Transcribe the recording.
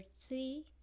three